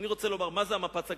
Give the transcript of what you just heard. מה זה המפץ הגדול?